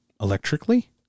electrically